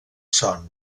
son